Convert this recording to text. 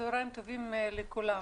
צוהריים טובים לכולם,